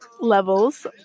levels